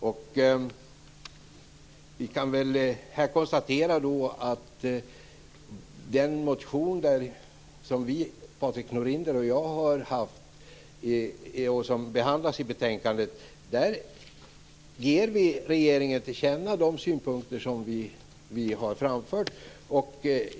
Jag kan här konstatera att vi i den motion som Patrik Norinder och jag har skrivit och som behandlas i betänkandet ger regeringen till känna de synpunkter som vi har framfört.